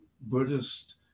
Buddhist